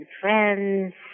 friends